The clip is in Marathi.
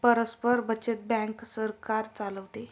परस्पर बचत बँक सरकार चालवते